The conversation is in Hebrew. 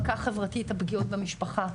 מכה חברתית הפגיעות במשפחה,